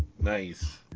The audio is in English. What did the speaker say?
Nice